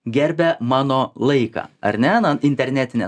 gerbia mano laiką ar ne na internetinę